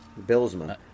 Bilsma